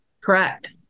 Correct